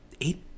Eight